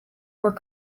were